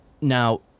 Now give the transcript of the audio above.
now